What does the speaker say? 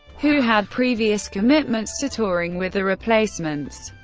who had previous commitments to touring with the replacements.